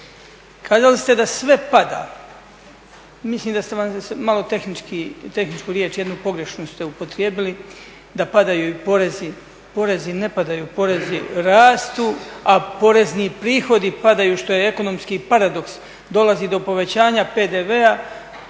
Kazali ste da sve pada. Mislim da ste tehničku riječ jednu pogrešnu ste upotrijebili, da padaju porezi. Porezi ne padaju, porezi rastu a porezni prihodi padaju što je ekonomski paradoks. Dolazi do povećanja PDV-a